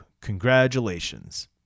Congratulations